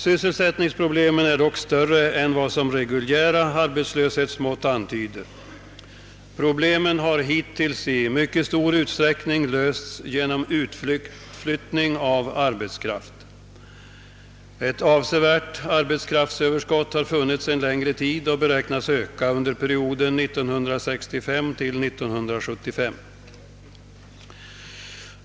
Sysselsättningsproblemen är större än vad reguljära arbetslöshetsmått antyder. Problemen har hittills i mycket stor utsträckning lösts genom utflyttning av arbetskraft. Ett avsevärt arbetskraftsöverskott har funnits en längre tid och beräknas öka under perioden 1965— 1975.